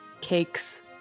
Cakes